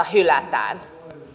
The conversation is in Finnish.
hylätään